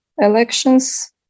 elections